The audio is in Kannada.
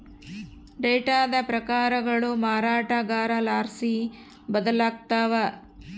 ಡೇಟಾದ ಪ್ರಕಾರಗಳು ಮಾರಾಟಗಾರರ್ಲಾಸಿ ಬದಲಾಗ್ತವ